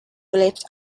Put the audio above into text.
flipped